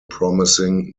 promising